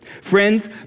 Friends